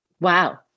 Wow